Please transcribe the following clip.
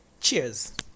cheers